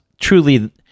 truly